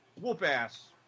whoop-ass